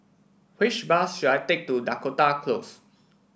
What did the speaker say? which bus should I take to Dakota Close